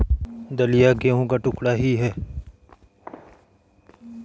दलिया गेहूं का टुकड़ा ही है